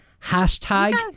hashtag